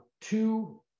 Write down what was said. two